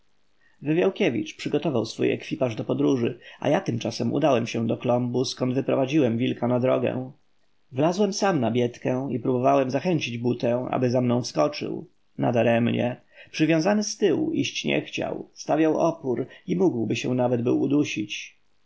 wywiałkiewicz przygotował swój ekwipaż do podróży a ja tymczasem udałem się do klombu zkąd wyprowadziłem wilka na drogę wlazłem sam na biedkę i próbowałem zachęcić butę aby za mną wskoczył nadaremnie przywiązany z tyłu iść nie chciał stawiał opór i mógłby się był nawet udusić